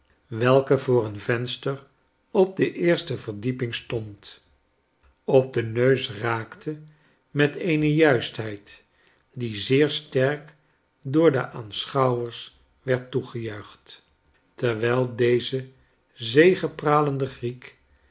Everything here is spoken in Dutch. welke voor een venster op de eerste verdieping stond op den neus raakte met eene juistheid die zeer sterk door de aanschouwers werd toegejuicht terwijl deze